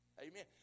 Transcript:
Amen